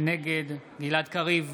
נגד גלעד קריב,